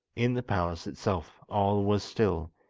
in the palace itself all was still,